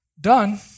done